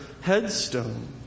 headstone